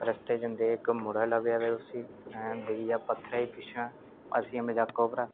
फ्ही ओह्दे बाद मेरे होर बी दोस्त बने